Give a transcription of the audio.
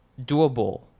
doable